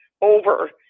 over